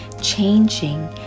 changing